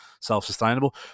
self-sustainable